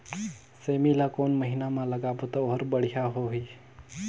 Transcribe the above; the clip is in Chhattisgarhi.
सेमी ला कोन महीना मा लगाबो ता ओहार बढ़िया होही?